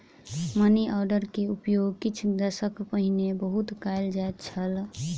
money order के उपयोग किछ दशक पहिने बहुत कयल जाइत छल